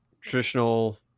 traditional